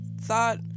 thought